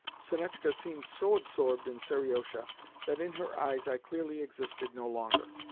sonetchka seemed so absorbed in seriosha that in her eyes i clearly existed no longer.